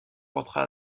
rentra